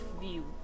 view